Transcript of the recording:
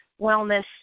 wellness